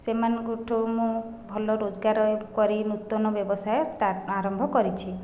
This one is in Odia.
ସେମାନଙ୍କଠାରୁ ମୁଁ ଭଲ ରୋଜଗାର କରି ନୂତନ ବ୍ୟବସାୟ ଷ୍ଟାର୍ଟ ଆରମ୍ଭ କରିଛି